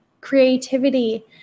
creativity